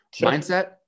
Mindset